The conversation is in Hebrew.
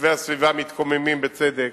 ותושבי הסביבה מתקוממים, בצדק.